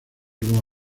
roa